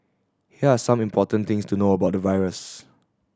here are some important things to know about the virus